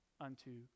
unto